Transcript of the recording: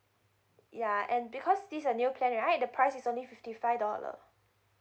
ya and because this a new plan right the price is only fifty five dollar